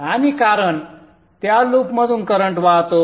आणि कारण त्या लूपमधून करंट वाहतो